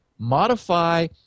modify